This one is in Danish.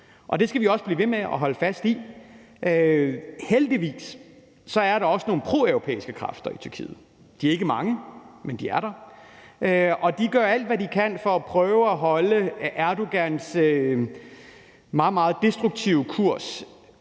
det skal vi også blive ved med og holde fast i. Heldigvis er der også nogle proeuropæiske kræfter i Tyrkiet. De er ikke mange, men de er der, og de gør alt, hvad de kan, for at prøve at holde Erdogans meget, meget destruktive kurs